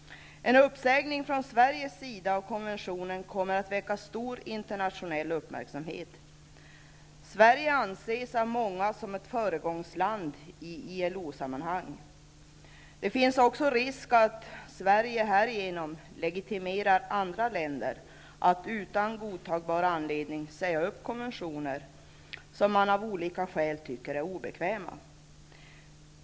En uppsägning från Sveriges sida av konventionen kommer att väcka stor internationell uppmärksamhet. Sverige anses av många som ett föregångsland i ILO sammanhang. Det finns också risk för att Sverige härigenom legitimerar andra länder att utan godtagbar anledning säga upp konventioner som man av olika skäl tycker är obekväma.